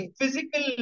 physical